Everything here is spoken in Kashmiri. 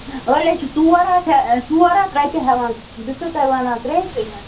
أڈۍ حظ چھِ ژور ہتھ ژور ہتھ رۄپیہِ ہٮ۪وان بہٕ چھَسو تۄہہِ وَنان ترٛے ترٛے ہَتھ